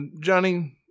Johnny